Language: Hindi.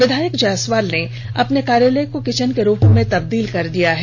विधायक जायसवाल ने अपने कार्यालय को किचन के रूप में तब्दील कर दिया है